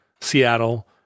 Seattle